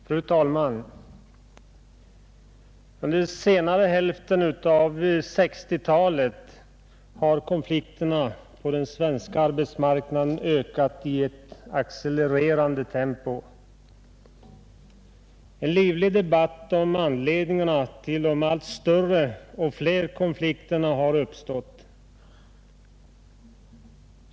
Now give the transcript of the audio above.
Fru talman! Under senare hälften av 1960-talet har konflikterna på den svenska arbetsmarknaden ökat i ett accelererande tempo. En livlig debatt om anledningen till de allt större och allt fler konflikterna har uppstått.